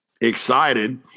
excited